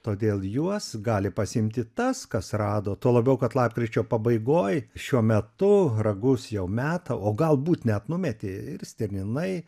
todėl juos gali pasiimti tas kas rado tuo labiau kad lapkričio pabaigoj šiuo metu ragus jau meta o galbūt net numetė ir stirninai